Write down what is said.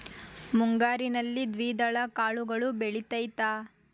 ಮುಂಗಾರಿನಲ್ಲಿ ದ್ವಿದಳ ಕಾಳುಗಳು ಬೆಳೆತೈತಾ?